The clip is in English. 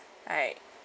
right